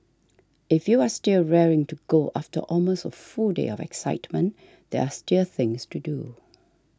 if you are still raring to go after almost a full day of excitement there are still are things to do